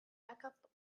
backup